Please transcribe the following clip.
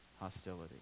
hostility